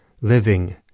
living